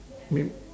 wait